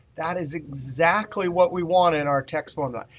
that is exactly what we want in our text formula.